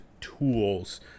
tools